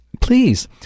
Please